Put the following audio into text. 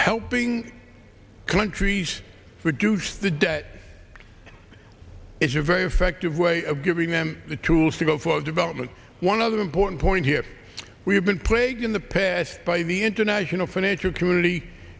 helping countries reduce the debt is a very effective way of giving them the tools to go for development one other important point here we have been plagued in the past by the international financial community